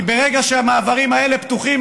כי ברגע שהמעברים האלה פתוחים,